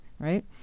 right